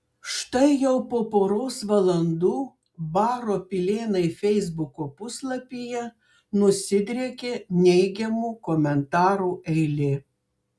štai jau po poros valandų baro pilėnai feisbuko puslapyje nusidriekė neigiamų komentarų eilė